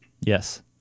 yes